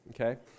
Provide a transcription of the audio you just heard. Okay